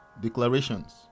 Declarations